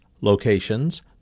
Locations